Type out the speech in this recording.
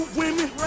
women